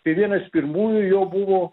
tai vienas pirmųjų jo buvo